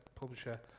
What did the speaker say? publisher